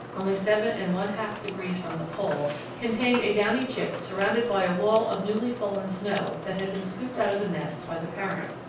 only seven and one-half degrees from the pole, contained a downy chick surrounded by a wall of newly fallen snow that had been scooped out of the nest by the parent.